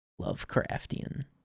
Lovecraftian